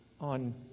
on